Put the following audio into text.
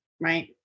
right